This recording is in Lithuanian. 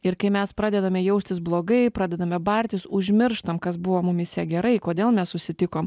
ir kai mes pradedame jaustis blogai pradedame bartis užmirštam kas buvo mumyse gerai kodėl mes susitikom